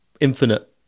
infinite